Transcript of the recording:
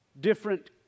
different